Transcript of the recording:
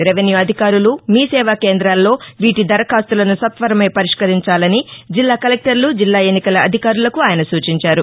revenue అధికారులు మీ సేవా కేంద్రాల్లో వీటి దరఖాస్తులను సత్వరమే పరిష్కరించాలని జిల్లా కలెక్టర్లు జిల్లా ఎన్నికల అధికారులకు ఆయన సూచించారు